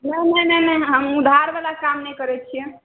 नहि नहि नहि हम उधारवला काम नहि करै छियै